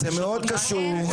זה מאוד קשור,